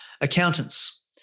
accountants